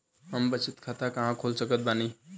हम बचत खाता कहां खोल सकत बानी?